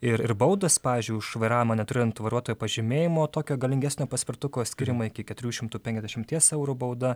ir ir baudos pavyzdžiui už vairavimą neturint vairuotojo pažymėjimo tokio galingesnio paspirtuko skiriama iki keturių šimtų penkiasdešimties eurų bauda